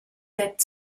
that